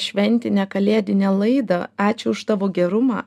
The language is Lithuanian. šventinę kalėdinę laidą ačiū už tavo gerumą